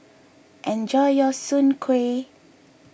enjoy your Soon Kway